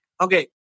okay